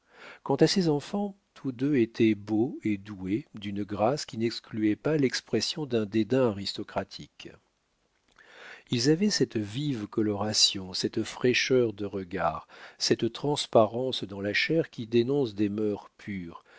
quant à ses enfants tous deux étaient beaux et doués d'une grâce qui n'excluait pas l'expression d'un dédain aristocratique ils avaient cette vive coloration cette fraîcheur de regard cette transparence dans la chair qui dénonce des mœurs pures